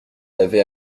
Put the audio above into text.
l’avait